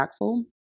impactful